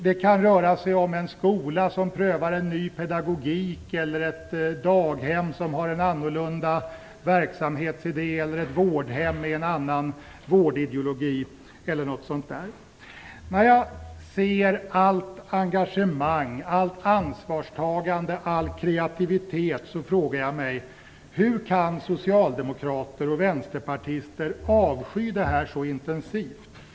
Det kan röra sig om en skola som prövar en ny pedagogik, ett daghem som har en annorlunda verksamhetsidé, ett vårdhem med en annan vårdideologi m.m. När jag ser allt engagemang, allt ansvarstagande och all kreativitet så frågar jag mig hur socialdemokrater och vänsterpartister kan avsky det här så intensivt.